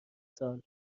سال